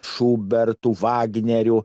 šubertu vagneriu